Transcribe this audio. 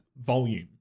volume